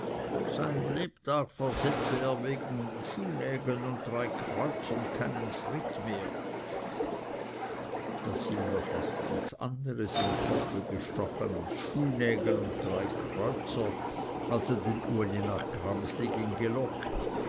sein lebtag versetze er wegen schuhnägeln und drei kreuzern keinen schritt mehr daß ihm noch ganz was anderes im kopf gestochen als schuhnägel und drei kreuzer als er den uli nach gramslige gelocket